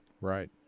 Right